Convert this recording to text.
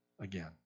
again